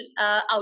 out